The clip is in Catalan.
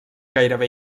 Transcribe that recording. gairebé